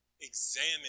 examine